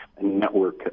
network